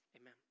Amen